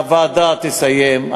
הוועדה תסיים,